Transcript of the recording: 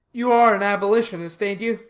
you are an abolitionist, ain't you?